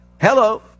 Hello